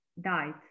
died